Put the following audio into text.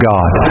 God